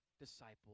disciple